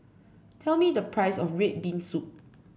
tell me the price of red bean soup